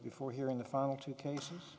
before hearing the final two cases